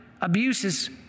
abuses